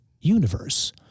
universe